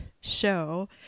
show